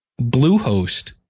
Bluehost